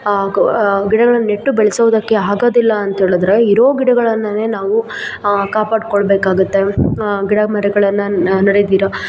ಆಗ ಆ ಗಿಡಗಳನ್ನು ನೆಟ್ಟು ಬೆಳೆಸೋದಕ್ಕೆ ಆಗೋದಿಲ್ಲ ಅಂಥೇಳಿದ್ರೆ ಇರೋ ಗಿಡಗಳನ್ನೇ ನಾವು ಆ ಕಾಪಾಡ್ಕೊಳ್ಬೇಕಾಗುತ್ತೆ ಗಿಡಮರಗಳನ್ನು ನಡೆದಿರೊ